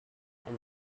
and